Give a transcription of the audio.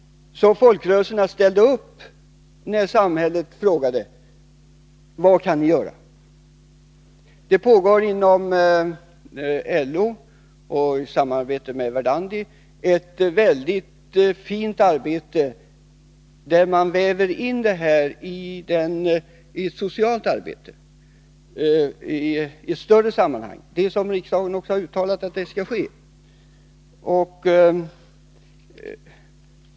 Folkrörelserna ställde alltså upp när samhället frågade: Vad kan ni göra? Det pågår inom LO, i samarbete med Verdandi, ett väldigt fint arbete. Man väver in detta i ett socialt arbete i ett större sammanhang, såsom riksdagen har uttalat att det skall ske.